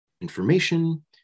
information